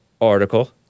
article